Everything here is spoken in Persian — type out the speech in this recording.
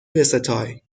بستای